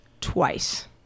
twice